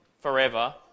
forever